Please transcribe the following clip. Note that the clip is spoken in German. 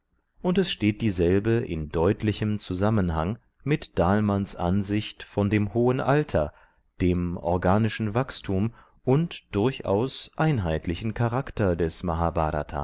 und es steht dieselbe in deutlichem zusammenhang mit dahlmanns ansicht von dem hohen alter dem organischen wachstum und durchaus einheitlichen charakter des